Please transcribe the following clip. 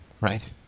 right